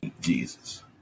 jesus